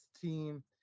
team